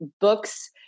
books